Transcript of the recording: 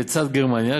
לצד גרמניה,